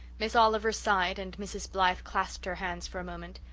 miss oliver sighed and mrs. blythe clasped her hands for a moment.